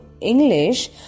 English